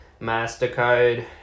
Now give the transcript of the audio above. MasterCard